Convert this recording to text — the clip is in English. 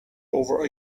over